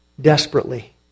desperately